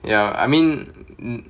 ya I mean